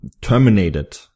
terminated